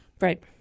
Right